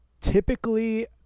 typically